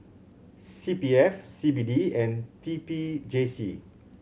C P F C B D and T P J C